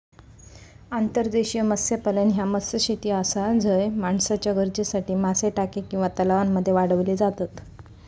अंतर्देशीय मत्स्यपालन ह्या मत्स्यशेती आसा झय माणसाच्या गरजेसाठी मासे टाक्या किंवा तलावांमध्ये वाढवले जातत